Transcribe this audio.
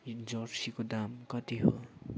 यो जर्सीको दाम कति हो